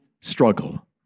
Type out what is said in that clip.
struggle